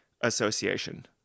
association